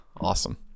Awesome